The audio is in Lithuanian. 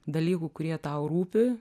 dalykų kurie tau rūpi